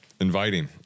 inviting